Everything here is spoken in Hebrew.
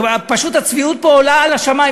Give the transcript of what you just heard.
פשוט הצביעות פה עולה לשמים.